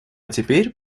теперь